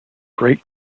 great